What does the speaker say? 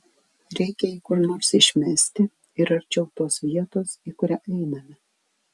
reikia jį kur nors išmesti ir arčiau tos vietos į kurią einame